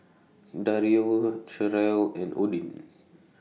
Dario Cherrelle and Odin